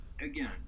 again